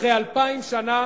אחרי אלפיים שנה